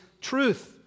truth